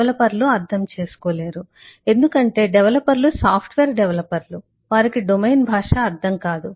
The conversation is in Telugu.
డెవలపర్లు అర్థం చేసుకోలేరు ఎందుకంటే డెవలపర్లు సాఫ్ట్వేర్ డెవలపర్లు వారికి డొమైన్ భాష అర్థం కాదు